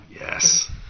Yes